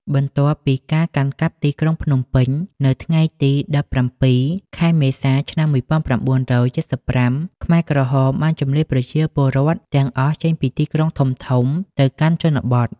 បន្ទាប់ពីកាន់កាប់ទីក្រុងភ្នំពេញនៅថ្ងៃទី ១៧ ខែមេសា ឆ្នាំ ១៩៧៥ ខ្មែរក្រហមបានជម្លៀសប្រជាពលរដ្ឋទាំងអស់ចេញពីទីក្រុងធំៗទៅកាន់ជនបទ។